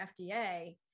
FDA